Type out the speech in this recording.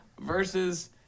versus